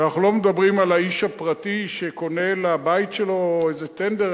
ואנחנו לא מדברים על האיש הפרטי שקונה לבית שלו איזה טנדר,